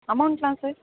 அமௌன்ட்லாம் sir